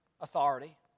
authority